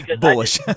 bullish